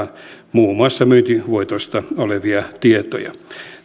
muun muassa myyntivoitoista olevia tietoja